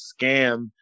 scam